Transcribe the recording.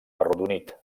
arrodonit